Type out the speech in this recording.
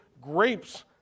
grapes